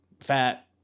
fat